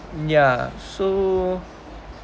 ya so